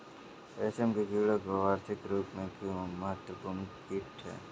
रेशम के कीड़े आर्थिक रूप से क्यों महत्वपूर्ण कीट हैं?